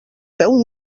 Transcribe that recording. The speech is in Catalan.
feu